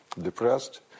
depressed